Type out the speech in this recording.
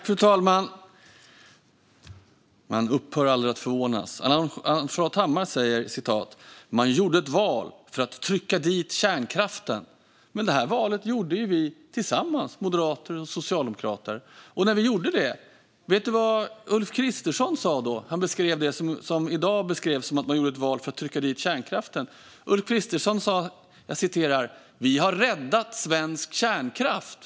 Fru talman! Man upphör aldrig att förvånas. Ann-Charlotte Hammar Johnsson säger: Man gjorde ett val för att trycka dit kärnkraften. Men detta val gjorde ju Moderaterna och Socialdemokraterna tillsammans. Vet ni vad Ulf Kristersson sa när vi gjorde det? Om det som i dag beskrivs som ett val för att trycka dit kärnkraften sa han: Vi har räddat svensk kärnkraft.